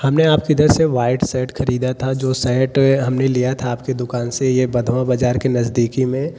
हमने आपके इधर से वाइट शर्ट खरीद था जो शर्ट हमने लिया था आपकी दुकान से यह बथुआ बाज़ार के नज़दीकी में